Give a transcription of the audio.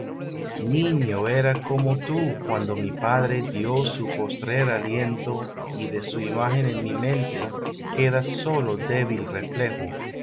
niño era como tú cuando mi padre dió su postrer aliento y de su imagen en mi mente queda sólo débil reflejo